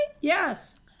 Yes